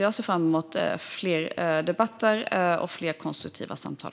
Jag ser fram emot fler debatter och fler konstruktiva samtal.